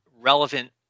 relevant